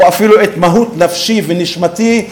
או אפילו את מהות נפשי ונשמתי,